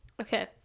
okay